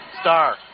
Star